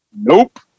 Nope